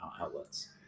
outlets